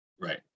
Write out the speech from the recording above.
Right